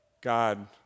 God